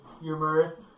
humor